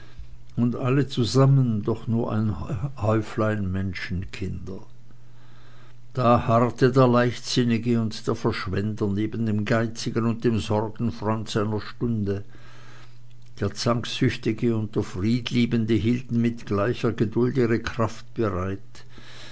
und alle zusammen doch nur ein häuflein menschenkinder da harrte der leichtsinnige und der verschwender neben dem geizigen und dem sorgenfreund seiner stunde der zanksüchtige und der friedliebende hielten mit gleicher geduld ihre kraft bereit